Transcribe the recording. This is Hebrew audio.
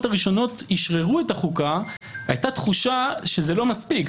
הראשונות אשררו את החוקה הייתה תחושה שזה לא מספיק.